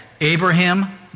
Abraham